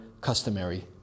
customary